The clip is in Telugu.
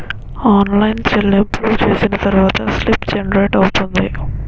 ఆన్లైన్ చెల్లింపులు చేసిన తర్వాత స్లిప్ జనరేట్ అవుతుంది